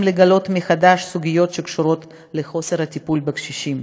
לגלות מחדש סוגיות שקשורות לחוסר טיפול בקשישים: